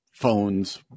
phones